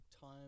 time